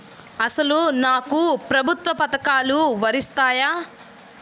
అసలు నాకు ప్రభుత్వ పథకాలు వర్తిస్తాయా?